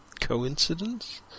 Coincidence